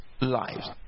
lives